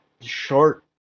short